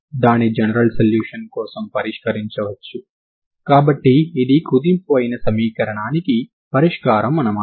దాని general solution కోసం పరిష్కరించవచ్చు కాబట్టి ఇది కుదింపు అయిన సమీకరణానికి పరిష్కారం అన్నమాట